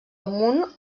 amunt